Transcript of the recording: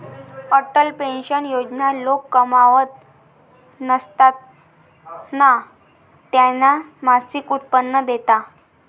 Atal pension Yojana लोक कमावत नसताना त्यांना मासिक उत्पन्न देते